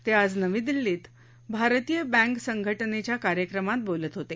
ते आज नवी दिल्लीत भारतीय बँक संघटनेच्या कार्यक्रमात बोलत होते